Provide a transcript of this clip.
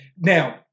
Now